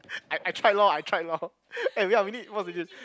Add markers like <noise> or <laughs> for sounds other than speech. I I tried lor I tried lor <laughs> eh ya we need what's with this